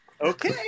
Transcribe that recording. Okay